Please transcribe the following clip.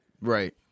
Right